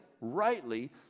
rightly